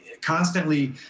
constantly